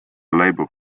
labour